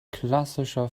klassischer